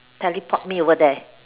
teleport over there